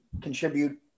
contribute